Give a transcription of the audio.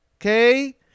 okay